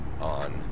on